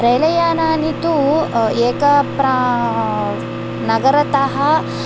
रेलयानानि तु एकप्रा नगरतः